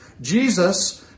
Jesus